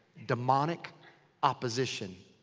demonic opposition.